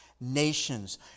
nations